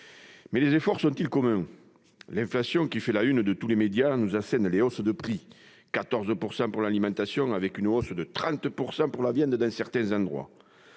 Mais les efforts sont-ils communs ? L'inflation, qui fait la une de tous les médias, nous assène des hausses de prix incroyables : 14 % pour l'alimentation et jusqu'à 30 % pour la viande dans certains endroits.